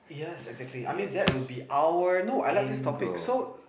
yes exactly I mean that will be our no I like this topic so